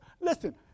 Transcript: listen